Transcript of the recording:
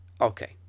Okay